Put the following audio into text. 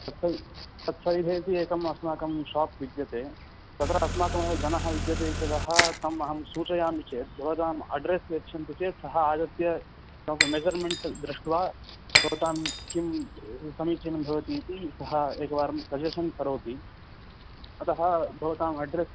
तत्सवि तत्सविधे अपि एकम् अस्माकं शोप् विद्यते तत्र अस्माकमेव जनः विद्यते इत्यतः तम् अहं सूचयामि चेत् भवताम् अड्रेस् यच्छन्ति चेत् सः आगत्य अस्माकं मेज़र्मेण्ट् दृष्ट्वा भवतां किं समीचीनं भवति इति सः एकवारं सजेशन् करोति अतः भवताम् अड्रेस्